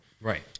Right